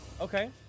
okay